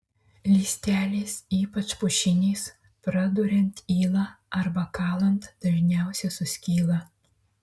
lystelės ypač pušinės praduriant yla arba kalant dažniausiai suskyla